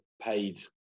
paid